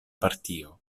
partio